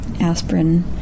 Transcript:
aspirin